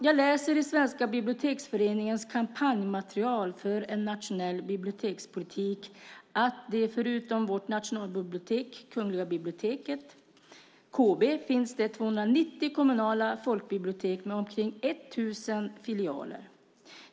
Jag läser i Svensk Biblioteksförenings kampanjmaterial för en nationell bibliotekspolitik att det, förutom vårt nationalbibliotek - Kungliga biblioteket, KB - finns 290 kommunala folkbibliotek med omkring 1 000 filialer.